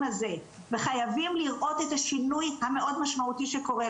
הזה וחייבים לראות את השינוי המאוד משמעותי שקורה,